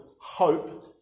hope